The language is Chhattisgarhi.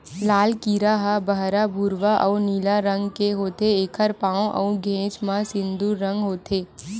लाल कीरा ह बहरा भूरवा अउ नीला रंग के होथे, एखर पांव अउ घेंच म सिंदूर रंग होथे